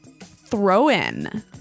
Throw-in